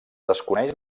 desconeix